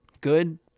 Good